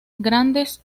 grandes